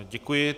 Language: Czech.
Děkuji.